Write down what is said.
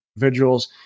individuals